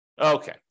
Okay